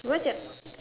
what's your